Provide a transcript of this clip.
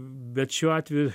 bet šiuo atveju